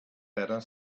better